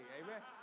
amen